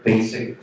basic